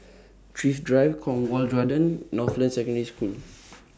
Thrift Drive Cornwall Gardens Northland Secondary School